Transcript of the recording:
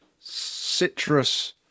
citrus